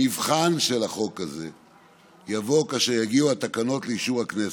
המבחן של החוק הזה יבוא כאשר יגיעו התקנות לאישור הכנסת.